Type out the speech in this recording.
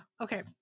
okay